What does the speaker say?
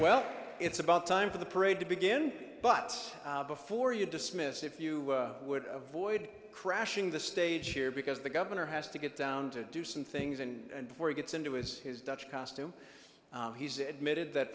well it's about time for the parade to begin but before you dismiss if you would avoid crashing the stage here because the governor has to get down to do some things and before he gets into his his dutch costume he's admitted that